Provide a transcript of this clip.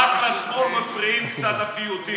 רק לשמאל מפריעים קצת הפיוטים.